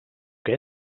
que